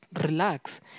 relax